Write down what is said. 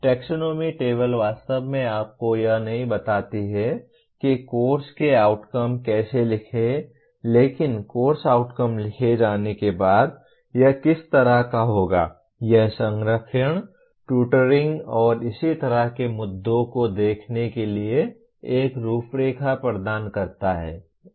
taxonomy table वास्तव में आपको यह नहीं बताती है कि कोर्स के आउटकम कैसे लिखें लेकिन कोर्स आउटकम लिखे जाने के बाद यह किस तरह का होगा यह संरेखण टुटोरिंग और इसी तरह के मुद्दों को देखने के लिए एक रूपरेखा प्रदान करता है